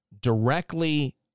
directly